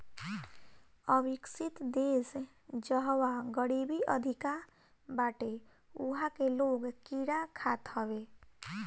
अविकसित देस जहवा गरीबी अधिका बाटे उहा के लोग कीड़ा खात हवे